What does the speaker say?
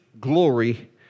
glory